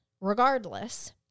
regardless